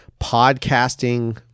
podcasting